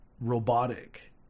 robotic